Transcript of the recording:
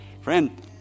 Friend